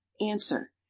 answer